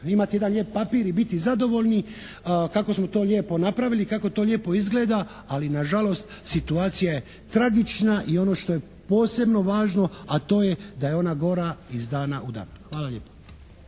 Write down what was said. imati jedan lijep papir i biti zadovoljni kako smo to lijepo napravili, kako to lijepo izgleda, ali nažalost situacija je tragična i ono što je posebno važno, a to je da je ona gora iz dana u dan. Hvala lijepa.